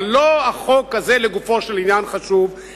אבל לא החוק הזה לגופו של עניין חשוב,